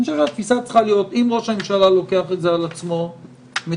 התפיסה צריכה להיות שאם ראש הממשלה לוקח את זה על עצמו מצוין,